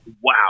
wow